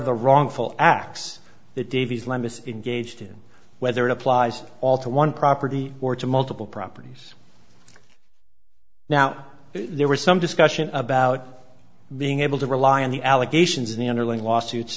the wrongful acts that davies legacy engaged in whether it applies all to one property or to multiple properties now there was some discussion about being able to rely on the allegations in the underlying lawsuits